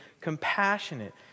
compassionate